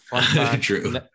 True